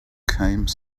came